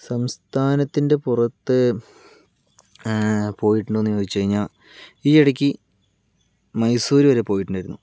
സംസ്ഥാനത്തിന്റെ പുറത്ത് പോയിട്ടുണ്ടോ എന്ന് ചോദിച്ചു കഴിഞ്ഞാൽ ഈ ഇടയ്ക്ക് മൈസൂര് വരെ പോയിട്ടുണ്ടായിരുന്നു